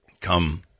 Come